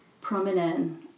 prominent